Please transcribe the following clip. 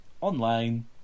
online